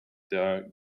der